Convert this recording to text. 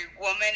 woman